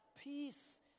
peace